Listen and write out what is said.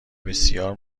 بسیار